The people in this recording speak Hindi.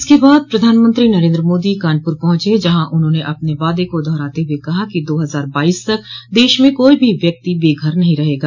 इसके बाद प्रधानमंत्री नरेन्द्र मोदी कानपुर पहुंचे जहां उन्होंने अपने वादे को दोहराते हुए कहा है कि दो हजार बाईस तक देश में कोई भी व्यक्ति बेघर नहीं रहेगा